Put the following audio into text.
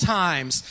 times